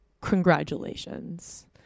congratulations